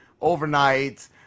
overnight